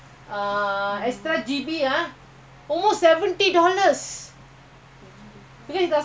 he open hotspot to use the malaysia line data alone count seventy seventy dollars then plus the bill